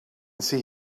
see